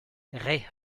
ray